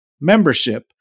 Membership